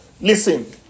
listen